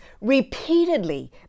repeatedly